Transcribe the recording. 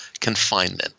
confinement